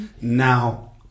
Now